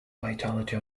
vitality